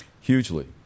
Hugely